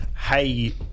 Hey